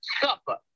Supper